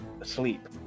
asleep